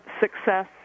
success